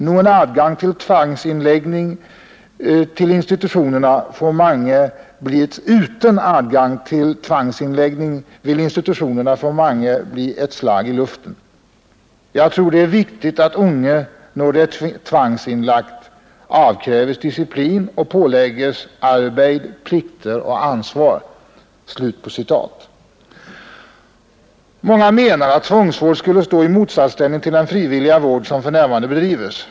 Utend adgang till tvangsinnlegging vil institusjonene for mange bli et slag i luften. Jeg tror det er viktig at de unge, når de er tvangsinnlagt, avkreves disiplin og pålegges arbeid, plikter og ansvar.” Många menar att tvångsvård skulle stå i motsatsställning till den frivilliga vård som för närvarande bedrivs.